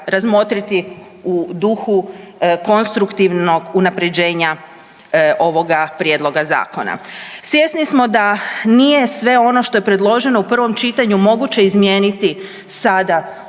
razmotriti u duhu konstruktivnog unaprjeđenja ovoga prijedloga zakona. Svjesni smo da nije sve ono što je predloženo u prvom čitanju moguće izmijeniti sada u